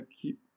keep